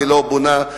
ולא בונה,